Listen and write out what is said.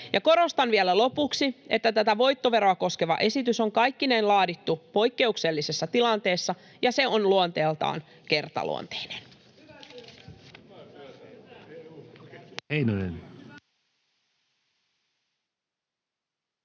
korostan vielä lopuksi, että tätä voittoveroa koskeva esitys on kaikkineen laadittu poikkeuksellisessa tilanteessa ja se on luonteeltaan kertaluonteinen.